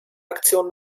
aktion